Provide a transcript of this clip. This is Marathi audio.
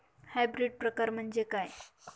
हायब्रिड प्रकार म्हणजे काय?